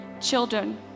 children